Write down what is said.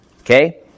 Okay